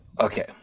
okay